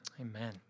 Amen